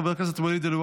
חבר הכנסת עופר כסיף,